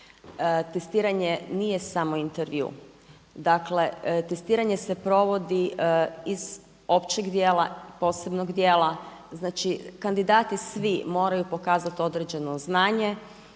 testiranje nije samo intervju. Dakle testiranje se provodi iz općeg dijela, posebnog dijela znači kandidati svi moraju pokazati određeno znanje,